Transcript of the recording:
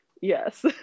Yes